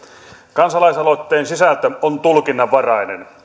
kansalaisaloitteen sisältö on tulkinnanvarainen